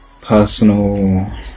personal